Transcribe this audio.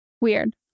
Weird